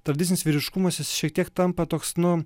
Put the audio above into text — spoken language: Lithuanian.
tradicinis vyriškumas jis šiek tiek tampa toks nu